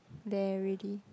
there already